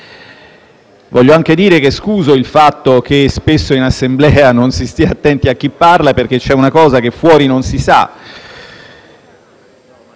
Voglio anche dire che scuso il fatto che spesso in Assemblea non si è attenti a chi parla, perché c'è una cosa che fuori non si sa,